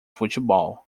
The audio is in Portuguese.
futebol